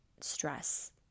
stress